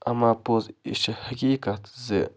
اَما پوٚز یہِ چھِ حقیٖقت زِ